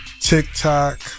TikTok